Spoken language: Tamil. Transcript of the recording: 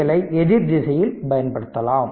எல் ஐ எதிர்திசையில் பயன்படுத்தலாம்